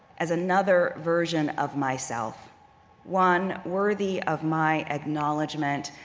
as another version of myself one worthy of my acknowledgment,